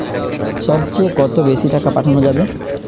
সব চেয়ে কত বেশি টাকা পাঠানো যাবে?